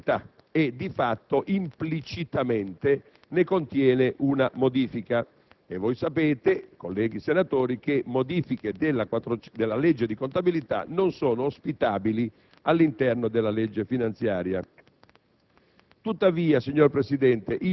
una violazione della norma di contabilità e, di fatto, implicitamente ne contiene una modifica. Voi sapete, colleghi senatori, che modifiche della legge di contabilità non sono ospitabili all'interno della legge finanziaria.